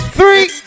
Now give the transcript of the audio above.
three